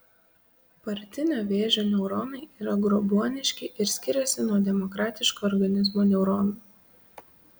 partinio vėžio neuronai yra grobuoniški ir skiriasi nuo demokratiško organizmo neuronų